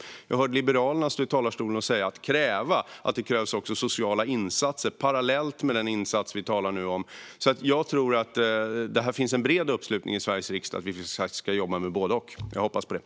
Jag har hört Liberalerna stå i talarstolen och säga att det också krävs sociala insatser parallellt med den insats vi nu talar om, så jag tror att det finns en bred uppslutning i Sveriges riksdag för att vi ska jobba med både och. Jag hoppas på det.